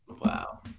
Wow